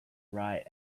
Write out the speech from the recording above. right